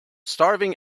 starving